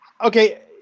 okay